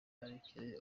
karekezi